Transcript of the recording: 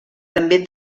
també